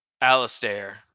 Alistair